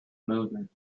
movement